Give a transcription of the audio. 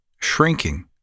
shrinking